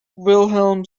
wilhelm